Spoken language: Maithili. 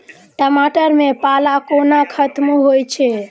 टमाटर मे पाला कोना खत्म होइ छै?